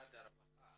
במשרד הרווחה